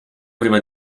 prima